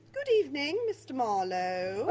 good evening, mr marlowe.